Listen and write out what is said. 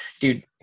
Dude